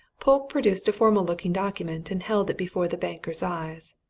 polke produced a formal-looking document and held it before the banker's eyes.